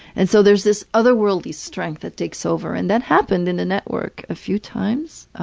and so there's this otherworldly strength that takes over. and that happened in the network a few times.